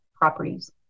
properties